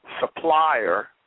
supplier